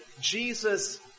Jesus